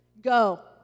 go